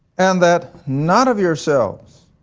and that not of yourselves,